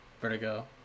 Vertigo